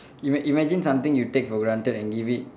ima~ imagine something you take for granted and give it